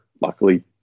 luckily